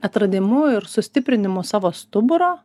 atradimu ir sustiprinimo savo stuburo